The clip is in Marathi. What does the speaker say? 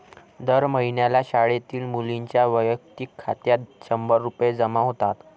दर महिन्याला शाळेतील मुलींच्या वैयक्तिक खात्यात शंभर रुपये जमा होतात